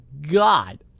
god